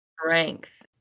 Strength